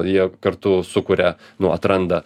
jie kartu sukuria nu atranda